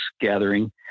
gathering